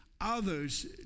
others